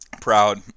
Proud